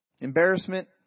Embarrassment